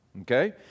Okay